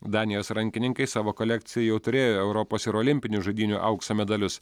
danijos rankininkai savo kolekcijoje jau turėjo europos ir olimpinių žaidynių aukso medalius